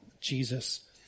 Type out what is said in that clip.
Jesus